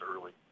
early